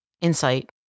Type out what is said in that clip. insight